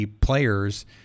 players